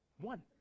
one